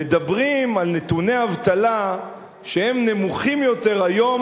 מדברים על נתוני אבטלה שהם נמוכים היום